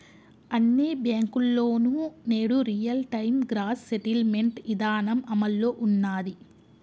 అన్ని బ్యేంకుల్లోనూ నేడు రియల్ టైం గ్రాస్ సెటిల్మెంట్ ఇదానం అమల్లో ఉన్నాది